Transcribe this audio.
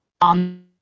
on